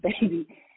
baby